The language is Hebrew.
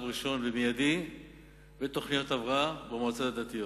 ראשון ומיידי בתוכניות הבראה במועצות הדתיות.